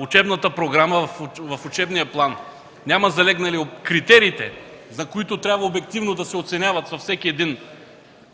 учебната програма, в учебния план не са залегнали критериите, по които трябва обективно да се оценява за всеки един